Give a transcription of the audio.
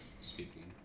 speaking